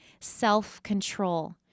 Self-control